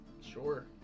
Sure